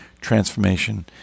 transformation